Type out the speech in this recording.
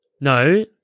No